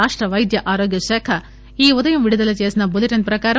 రాష్ట వైద్య ఆరోగ్యశాఖ ఈ ఉదయం విడుదల చేసిన బులెటిన్ ప్రకారం